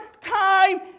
time